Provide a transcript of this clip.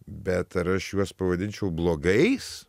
bet ar aš juos pavadinčiau blogais